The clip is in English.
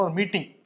meeting